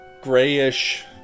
grayish